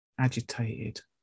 agitated